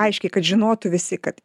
aiškiai kad žinotų visi kad